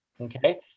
Okay